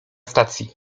stacji